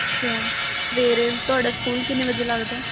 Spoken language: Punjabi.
ਅੱਛਾ ਸਵੇਰੇ ਤੁਹਾਡਾ ਸਕੂਲ ਕਿੰਨੇ ਵਜੇ ਲੱਗਦਾ